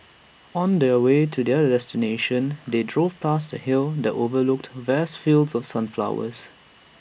on the way to their destination they drove past A hill that overlooked vast fields of sunflowers